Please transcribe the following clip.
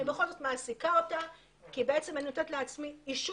אני בכל זאת מעסיקה אותה כי אני נותנת לעצמי אישור.